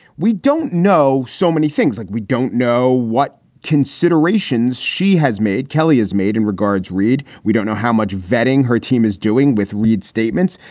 we don't know so many things that like we don't know what considerations she has made. kelly has made in regards reid. we don't know how much vetting her team is doing with reid statements.